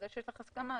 זה שיש לך הסכמה,